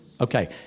Okay